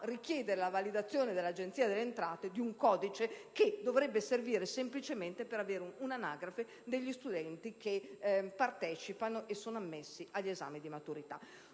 richiedere la validazione dell'Agenzia delle entrate di un codice che dovrebbe servire semplicemente per creare un'anagrafe degli studenti che partecipano e sono ammessi all'esame di maturità.